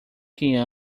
quem